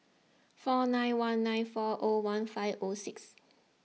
four nine one nine four O one five O six